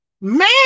Man